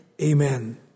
Amen